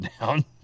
down